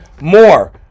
more